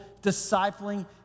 discipling